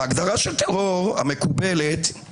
וההגדרה המקובלת של טרור,